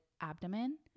abdomen